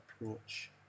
approach